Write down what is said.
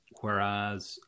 Whereas